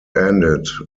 ended